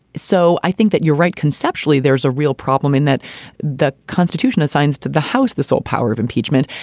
so i think that you're right. conceptually, there's a real problem in that the constitution assigns to the house the sole power of impeachment,